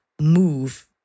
move